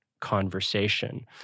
conversation